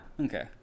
okay